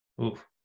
Oof